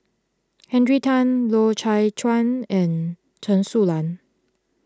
Henry Tan Loy Chye Chuan and Chen Su Lan